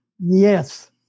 Yes